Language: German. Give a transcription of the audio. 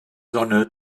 sonne